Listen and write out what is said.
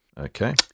Okay